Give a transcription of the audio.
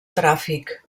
tràfic